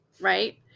right